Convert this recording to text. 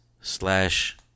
slash